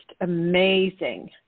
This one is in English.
amazing